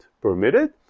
permitted